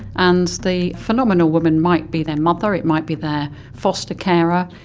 and the phenomenal woman might be their mother, it might be their foster carer,